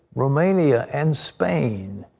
romania, and spain.